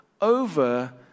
over